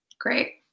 Great